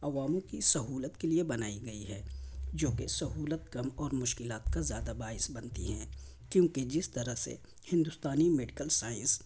عواموں کی سہولت کے لیے بنائی گئی ہے جو کہ سہولت کم اور مشکلات کا زیادہ باعث بنتی ہیں کیونکہ جس طرح سے ہندوستانی میڈیکل سائنس